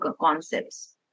concepts